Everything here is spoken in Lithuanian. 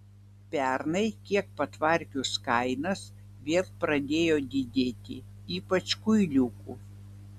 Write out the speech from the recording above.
pernai kiek patvarkius kainas vėl pradėjo didėti ypač kuiliukų